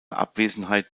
abwesenheit